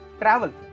travel